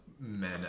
Men